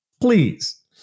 Please